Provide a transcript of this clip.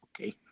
okay